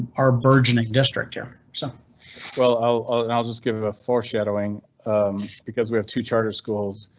our burgeoning district here, so well, i'll and i'll just give a foreshadowing because we have two charter schools.